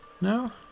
No